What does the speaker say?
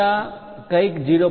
વત્તા કંઈક 0